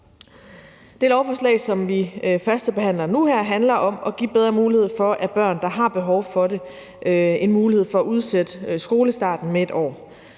Det lovforslag, som vi førstebehandler nu her, handler om at give bedre mulighed for, at børn, der har behov for det, kan udsætte skolestarten med et år.